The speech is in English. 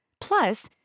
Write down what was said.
Plus